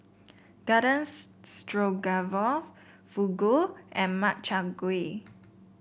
Garden Stroganoff Fugu and Makchang Gui